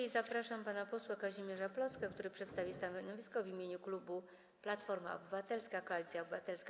I zapraszam pana posła Kazimierza Plocke, który przedstawi stanowisko w imieniu klubu Platforma Obywatelska - Koalicja Obywatelska.